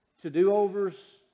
to-do-overs